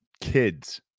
kids